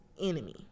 enemy